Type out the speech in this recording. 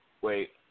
Wait